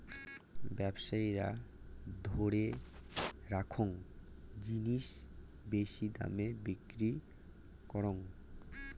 ব্যবসায়ীরা ধরে রাখ্যাং জিনিস বেশি দামে বিক্রি করং